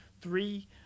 three